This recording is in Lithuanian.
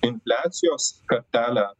infliacijos kartelę